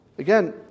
Again